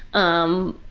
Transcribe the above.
um,